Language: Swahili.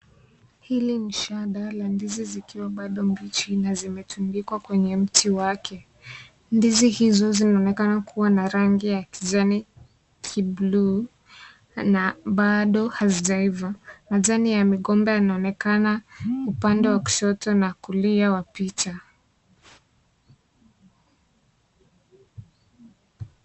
Hili shanda la ndizi zikiwa bado mbichi na zimetundikwa kwenye mti wake. Ndizi hizo zinaonekana kuwa na rangi ya kijani, kibluu na bado hazijaiva. Majani ya migomba yanaonekana upande wa kushoto na kulia wa picha.